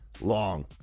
long